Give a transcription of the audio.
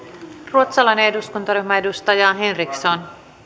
ruotsalainen eduskuntaryhmä edustaja henriksson